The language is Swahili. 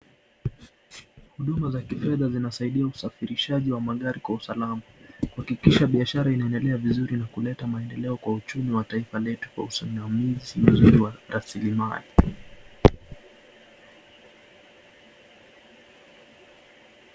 Huduma za kifedha zinasaidia usafirishaji wa magari kwa usalama, kuhakikisha biashara inaedelea vizuri na kuleta maedeleo kwa uchumi wa taifa letu usimamizi wa laslimali.